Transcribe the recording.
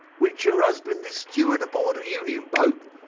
which her husband is steward aboard a union boat,